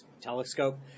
Telescope